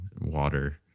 water